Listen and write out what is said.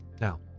Now